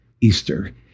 Easter